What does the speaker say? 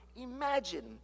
imagine